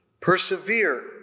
Persevere